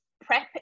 prep